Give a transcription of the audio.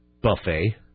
buffet